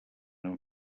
amb